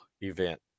event